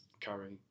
Curry